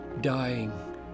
dying